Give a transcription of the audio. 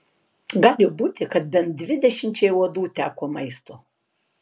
gali būti kad bent dvidešimčiai uodų teko maisto